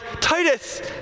Titus